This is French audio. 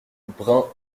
brain